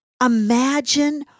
imagine